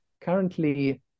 currently